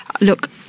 look